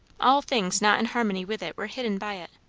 all things not in harmony with it were hidden by it.